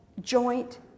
joint